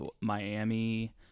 Miami –